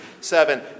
seven